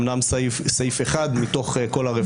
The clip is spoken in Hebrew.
אומנם סעיף אחד מתוך כל הרפורמה.